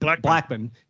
Blackman